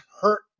hurt